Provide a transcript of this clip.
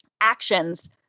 actions